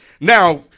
now